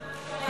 זוהר,